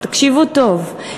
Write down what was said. הקשיבו טוב,